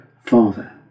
Father